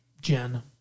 Jen